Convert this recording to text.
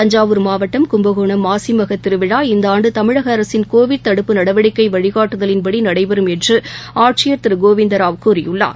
தஞ்சாவூர் மாவட்டம் கும்பகோணம் மாசிமகதிருவிழா இந்தஆண்டுதமிழகஅரசின் கோவிட் தடுப்பு நடவடிக்கைவழிகாட்டுதலின்படிநடைபெறும் என்றுமாவட்டஆட்சியர் திருகோவிந்தராவ் கூறியுள்ளார்